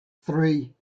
three